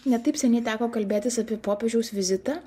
ne taip seniai teko kalbėtis apie popiežiaus vizitą